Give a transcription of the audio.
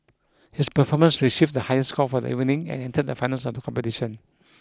his performance received the highest score for the evening and entered the finals of the competition